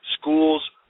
schools